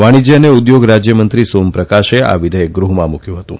વાણિજય ને ઉદ્યોગ રાજયમંત્રી સોમ પ્રકાશે આ વિધેયક ગૃહમાં મુકયું હતું